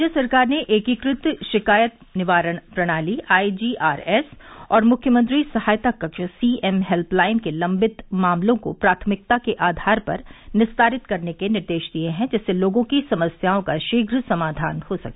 राज्य सरकार ने एकीकृत शिकायत निवारण प्रणाली आईजीआरएस और मुख्यमंत्री सहायता कक्ष सीएम हेल्प लाइन के लम्बित मामलों को प्राथमिकता के आधार पर निस्तारित करने के निर्देश दिये हैं जिससे लोगों की समस्याओं का शीघ्र समाधान हो सके